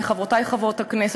לחברותי חברות הכנסת,